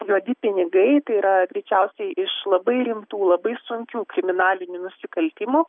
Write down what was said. juodi pinigai tai yra greičiausiai iš labai rimtų labai sunkių kriminalinių nusikaltimų